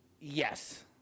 Yes